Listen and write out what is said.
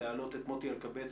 ולהעלות את מוטי אלקבץ,